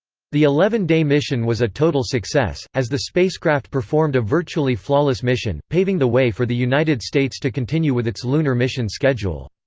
the eleven-day mission was a total success, as the spacecraft performed a virtually flawless mission, paving the way for the united states to continue with its lunar mission schedule.